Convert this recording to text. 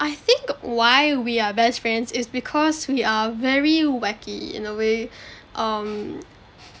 I think why we are best friends is because we are very wacky in a way um